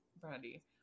Brandy